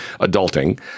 adulting